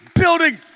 building